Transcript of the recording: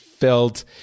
Felt